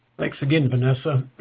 thanks again, vanessa.